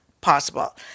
possible